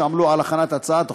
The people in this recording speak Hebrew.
שעמלו על הכנת הצעת החוק.